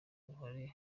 uruhare